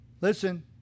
listen